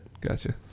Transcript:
Gotcha